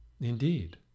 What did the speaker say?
Indeed